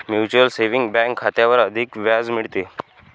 mutual saving bank खात्यावर अधिक व्याज मिळते